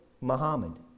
Muhammad